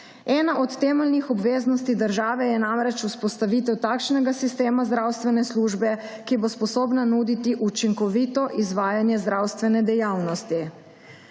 Ena od temeljnih obveznosti države je namreč vzpostavitev takšnega sistema zdravstvene službe, ki bo sposobna nuditi učinkovito izvajanje zdravstvene dejavnosti.